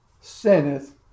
sinneth